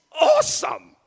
awesome